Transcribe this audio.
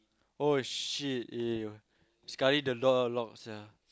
oh shit eh sekali the door lock sia